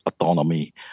autonomy